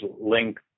link